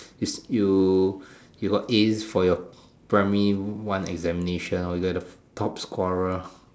if you you got As for your primary one examination or you're the top scorer